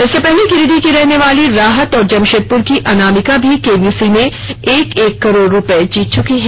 इससे पहले गिरीडीह की रहने वाली राहत और जमशेदपुर की अनामिका भी केबीसी में एक एक करोड़ रूपये जीत चुकी हैं